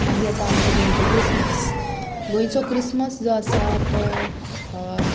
मागीर आतां आमचो गोंयचो क्रिसमस गोंयचो क्रिसमस जो आसा तो